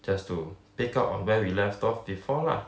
just to pick up on where we left off before lah